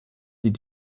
die